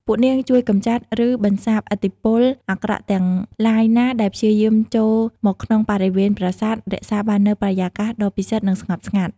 ពួកនាងជួយកម្ចាត់ ឬបន្សាបឥទ្ធិពលអាក្រក់ទាំងឡាយណាដែលព្យាយាមចូលមកក្នុងបរិវេណប្រាសាទ រក្សាបាននូវបរិយាកាសដ៏ពិសិដ្ឋ និងស្ងប់ស្ងាត់។